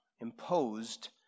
imposed